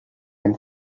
hem